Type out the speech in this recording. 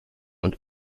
und